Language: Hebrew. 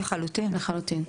לחלוטין ,